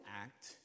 act